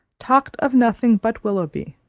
talked of nothing but willoughby,